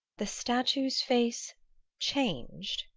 the statue's face changed?